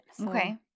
Okay